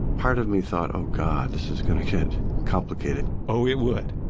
part of me thought, oh god, this is going to get complicated. oh, it would.